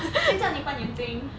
现在你关眼睛